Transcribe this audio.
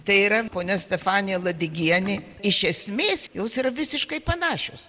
tai yra ponia stefanija ladigienė iš esmės jos yra visiškai panašios